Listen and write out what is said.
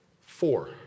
Four